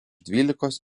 dvylikos